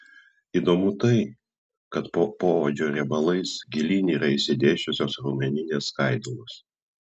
įdomu tai kad po poodžio riebalais gilyn yra išsidėsčiusios raumeninės skaidulos